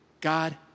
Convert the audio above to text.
God